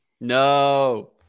No